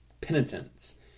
penitence